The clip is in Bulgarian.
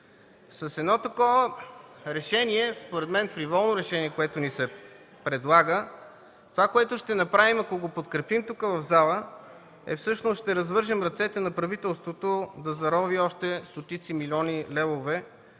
С едно такова решение, според мен фриволно решение, което ни се предлага, това, което ще направим, ако го подкрепим тук в залата, е, че всъщност ще развържем ръцете на правителството да зарови още стотици милиони левове